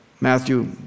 Matthew